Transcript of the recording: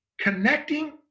connecting